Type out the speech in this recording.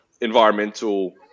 environmental